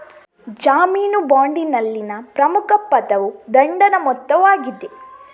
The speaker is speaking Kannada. ಜಾಮೀನು ಬಾಂಡಿನಲ್ಲಿನ ಪ್ರಮುಖ ಪದವು ದಂಡದ ಮೊತ್ತವಾಗಿದೆ